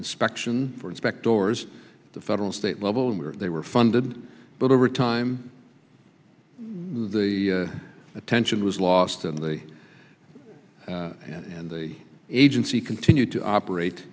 inspection for inspect doors the federal state level and where they were funded but over time when the attention was lost and the and the agency continued to operate